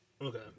Okay